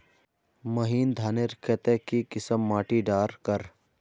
महीन धानेर केते की किसम माटी डार कर?